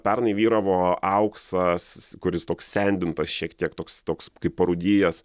pernai vyravo auksas kuris toks sendintas šiek tiek toks toks kaip parūdijęs